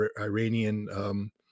Iranian